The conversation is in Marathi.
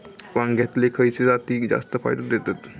वांग्यातले खयले जाती जास्त फायदो देतत?